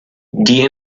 die